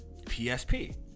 PSP